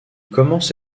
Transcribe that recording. commence